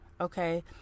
Okay